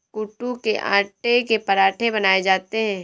कूटू के आटे से पराठे बनाये जाते है